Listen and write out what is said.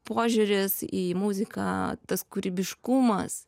požiūris į muziką tas kūrybiškumas